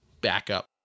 backup